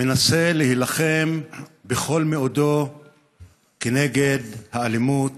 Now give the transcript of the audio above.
מנסה להילחם בכל מאודו נגד האלימות